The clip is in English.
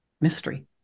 mystery